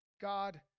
God